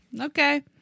okay